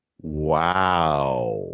wow